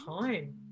time